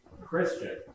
Christian